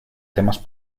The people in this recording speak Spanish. temas